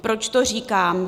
Proč to říkám?